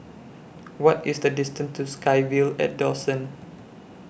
What IS The distance to SkyVille At Dawson